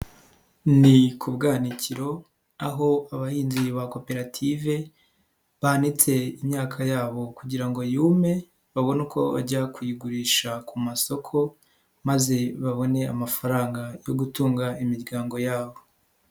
Ni ku bwanakiro aho abahinzi ba koperative banitse imyaka yabo kugira ngo yume babone uko bajya kuyigurisha ku masoko maze babone amafaranga yo gutunga imiryango yabo.